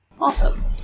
Awesome